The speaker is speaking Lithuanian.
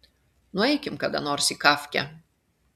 nueikim kada nors į kafkę